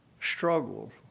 struggled